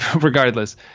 Regardless